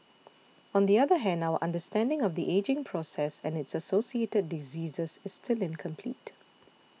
on the other hand our understanding of the ageing process and its associated diseases is still incomplete